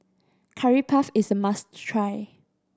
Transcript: Curry Puff is a must try